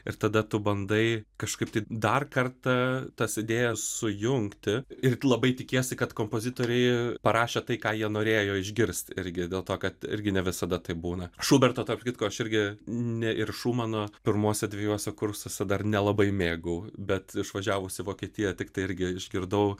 ir tada tu bandai kažkaip tai dar kartą tas idėjas sujungti ir labai tikiesi kad kompozitoriai parašė tai ką jie norėjo išgirst irgi dėl to kad irgi ne visada taip būna šuberto tarp kitko aš irgi ne ir šumano pirmuose dviejuose kursuose dar nelabai mėgau bet išvažiavus į vokietiją tiktai irgi išgirdau